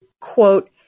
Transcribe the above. quote